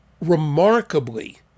remarkably